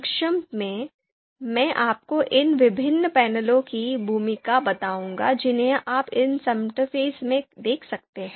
संक्षेप में मैं आपको इन विभिन्न पैनलों की भूमिका बताऊंगा जिन्हें आप इस इंटरफ़ेस में देख सकते हैं